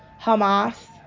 Hamas